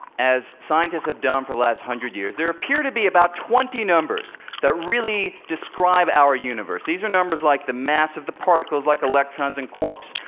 as scientists have done for the last hundred years, there appear to be about twenty numbers that really describe our universe. these are numbers like the mass of the particles, like electrons and quarks,